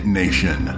nation